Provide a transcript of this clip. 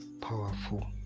powerful